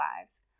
lives